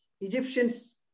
Egyptians